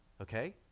Okay